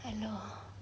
hello